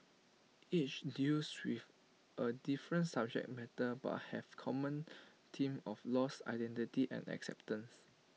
each deals with A different subject matter but have common themes of loss identity and acceptance